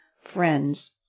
friends